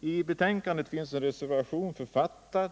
Till betänkandet finns fogad en reservation författad